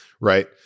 right